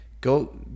go